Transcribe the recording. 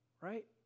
Right